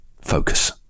Focus